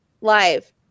live